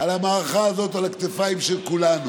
למערכה הזאת על הכתפיים של כולנו,